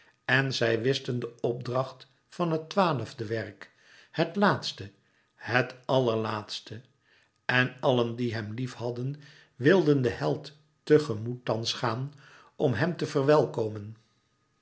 en zij wisten den opdracht van het twaalfde werk het laatste het allerlaatste en allen die hem lief hadden wilden den held te gemoet thans gaan om hem te verwellekomen